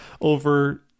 over